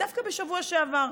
דווקא בשבוע שעבר.